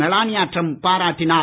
Melania Trump பாராட்டினார்